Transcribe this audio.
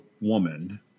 woman